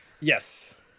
yes